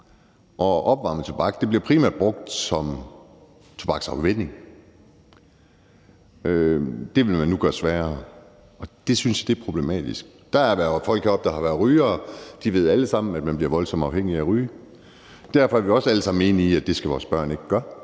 Opvarmet tobak bliver primært brugt som tobaksafvænning. Det vil man nu gøre sværere, og det synes jeg er problematisk. Der har været folk, der har været rygere, heroppe, og de ved alle sammen, at man bliver voldsomt afhængig af at ryge. Derfor er vi også alle sammen enige om, at det skal vores børn ikke gøre.